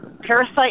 parasite